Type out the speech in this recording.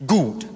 Good